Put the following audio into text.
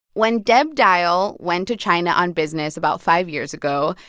when deb dihel went to china on business about five years ago,